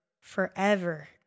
forever